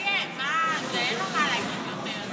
מה זה, אם הוא סיים, שירד.